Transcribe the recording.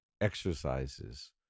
exercises